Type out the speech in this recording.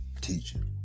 teaching